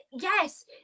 yes